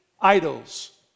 idols